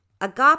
Agape